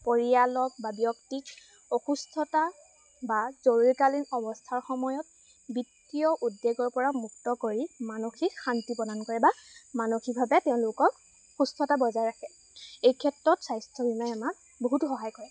পৰিয়ালক বা ব্যক্তিক অসুস্থতা বা জৰুৰীকালীন অৱস্থাৰ সময়ত বিত্তীয় উদ্বেগৰপৰা মুক্ত কৰি মানসিক শান্তি প্ৰদান কৰে বা মানসিকভাৱে তেওঁলোকক সুস্থতা বজাই ৰাখে এই ক্ষেত্ৰত স্বাস্থ্য বীমায়ে আমাক বহুত সহায় কৰে